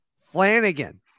Flanagan